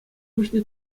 пуҫне